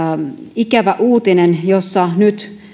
ikävä uutinen jossa nyt